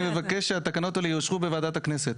אני מבקש שהתקנות האלה יאושרו בוועדת הכנסת.